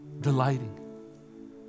Delighting